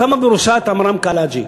שמו בראשן את עמרם קלעג'י.